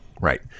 Right